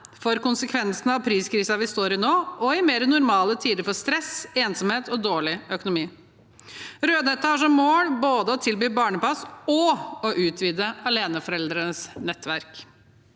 for konsekvensene av priskrisen vi står i nå, og i mer normale tider for stress, ensomhet og dårlig økonomi. Rødhette har som mål både å tilby barnepass og å utvide aleneforeldrenes nettverk.